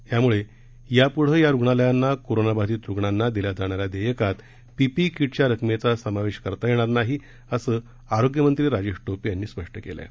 त्यामुळे यापुढे या रुग्णालयांना कोरोना बाधित रुग्णांना दिल्या जाणाऱ्या देयकात पीपीई किटच्या रकमेचा समावेश करता येणार नाही असं आरोग्यमंत्री राजेश टोपे यांनी स्पष्ट केलं आहे